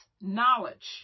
knowledge